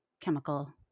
chemical